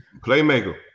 Playmaker